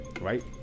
right